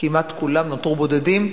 כמעט כולם, נותרו בודדים,